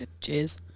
Cheers